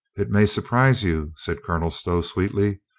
it may surprise you, said colonel stow sweet ly,